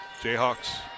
Jayhawks